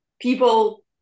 people